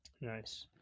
nice